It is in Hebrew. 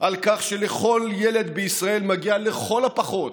על כך שלכל ילד בישראל מגיעה לכל הפחות